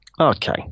Okay